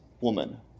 woman